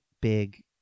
big